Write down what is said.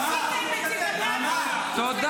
עשיתם את זה --- תודה.